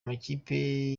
amakipe